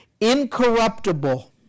incorruptible